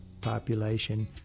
population